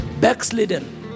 backslidden